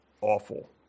awful